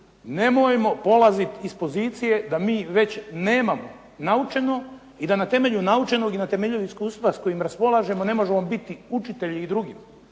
nemojmo polaziti iz pozicije da mi već nemamo naučeno i da na temelju naučenog i na temelju iskustva s kojim raspolažemo ne možemo biti učitelji i drugih.